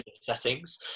settings